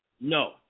No